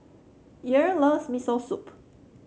Earl loves Miso Soup